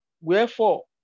Wherefore